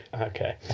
Okay